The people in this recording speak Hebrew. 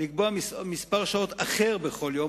יהיה רשאי לקבוע מספר שעות אחר בכל יום,